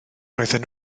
roedden